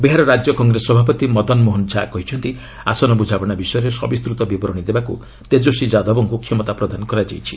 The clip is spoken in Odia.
ବିହାର ରାଜ୍ୟ କଂଗ୍ରେସ ସଭାପତି ମଦନମୋହନ ଝା କହିଛନ୍ତି ଆସନ ବୁଝାମଣା ବିଷୟରେ ସବିସ୍ତୃତ ବିବରଣୀ ଦେବାକୁ ତେଜସ୍ୱୀ ଯାଦବଙ୍କୁ କ୍ଷମତା ପ୍ରଦାନ କରାଯାଇଛି